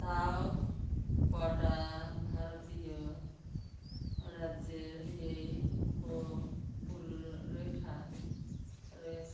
তাও কটা ভারতীয় রাজ্যের এই উপকূলরেখা রয়েছে